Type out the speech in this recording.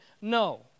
no